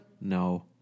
No